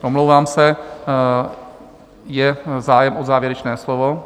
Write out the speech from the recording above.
Omlouvám se, je zájem o závěrečné slovo?